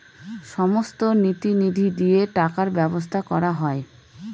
সমস্ত নীতি নিধি দিয়ে টাকার ব্যবসা করা হয়